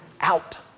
out